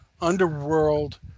underworld